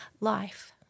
life